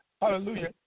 Hallelujah